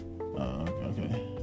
Okay